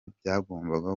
byagombaga